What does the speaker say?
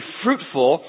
fruitful